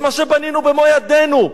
את מה שבנינו במו-ידינו,